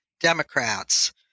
Democrats